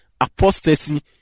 apostasy